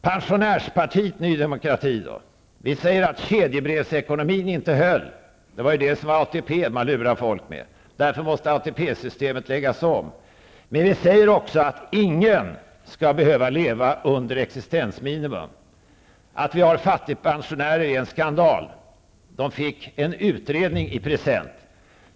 Pensionärspartiet Ny demokrati säger att kedjebrevsekonomin inte höll. Folk lurades av ATP:n. ATP-systemet måste läggas om. Men vi säger också att ingen skall behöva leva under existensminimum. Det är en skandal att det finns fattigpensionärer. De fick en utredning i present.